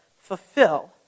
fulfill